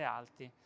alti